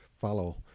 follow